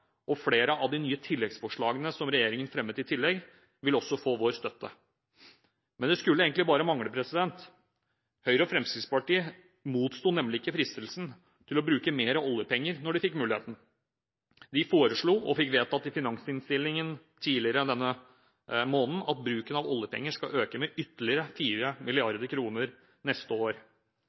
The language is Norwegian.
og flere av de nye tilleggsforslagene som regjeringen fremmet i tillegg, vil også få vår støtte. Men det skulle egentlig bare mangle. Høyre og Fremskrittspartiet motsto nemlig ikke fristelsen til å bruke mer oljepenger da de fikk muligheten. De foreslo, og fikk vedtatt, i finansinnstillingen tidligere denne måneden, at bruken av oljepenger skal øke med ytterligere 4 mrd. kr neste år.